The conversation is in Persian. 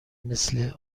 مثل